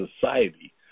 society